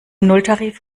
nulltarif